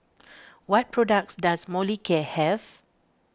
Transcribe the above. what products does Molicare have